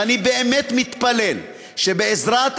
אני באמת מתפלל שבעזרת השם,